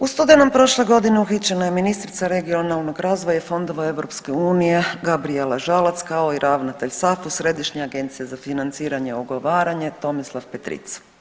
U studenom prošle godine uhićena je ministrica regionalnog razvoja i fondova EU Gabrijela Žalac kao i ravnatelj SAFU Središnje agencije za financiranje i ugovaranje Tomislav Petric.